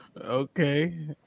Okay